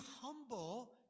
humble